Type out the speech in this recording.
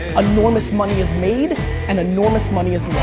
ah enormous money is made and enormous money is